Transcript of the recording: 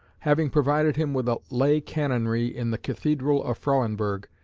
having provided him with a lay canonry in the cathedral of frauenburg,